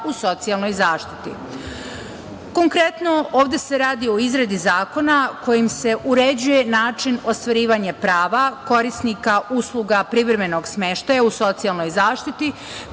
u socijalnoj zaštiti. Konkretno, ovde se radi o izradi zakona kojim se uređuje način ostvarivanja prava korisnika usluga privremenog smeštaja u socijalnoj zaštiti,